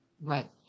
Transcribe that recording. Right